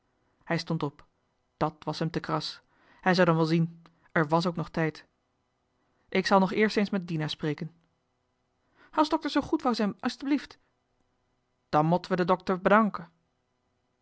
hij stond op dat was hem te kras hij zou dan wel zien er wàs ook nog tijd ik zal nog eerst eens met dina spreken as dokter soo goed wou sijn asteblieft dan motte we de dokter bedanke